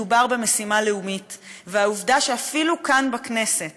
מדובר במשימה לאומית, והעובדה שאפילו כאן בכנסת